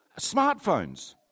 Smartphones